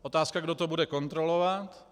Otázka kdo to bude kontrolovat?